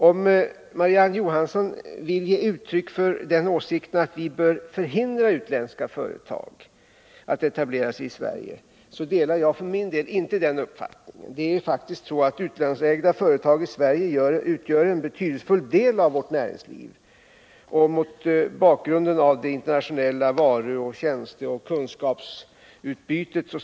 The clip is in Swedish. Om Marie-Ann Johansson vill ge uttryck för åsikten att vi bör förhindra utländska företag att etablera sig i Sverige, så delar jag för min del inte den uppfattningen. Utlandsägda företag i Sverige utgör faktiskt en betydelsefull del av vårt näringsliv, och de spelar en viktig roll i näringslivet mot bakgrund av det internationella varu-, tjänsteoch kunskapsutbytet.